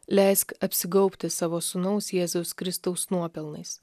leisk apsigaubti savo sūnaus jėzaus kristaus nuopelnais